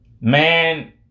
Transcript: Man